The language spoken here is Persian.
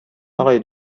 آقای